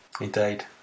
Indeed